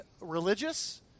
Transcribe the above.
religious